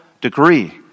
degree